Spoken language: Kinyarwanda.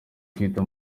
kwiga